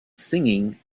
singing